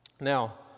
Now